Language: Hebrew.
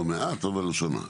לא מעט, אבל שונה.